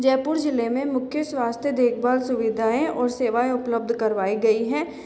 जयपुर ज़िले में मुख्य स्वास्थ्य देखभाल सुविधाएँ और सेवाएँ उपलब्ध करवाई गई हैं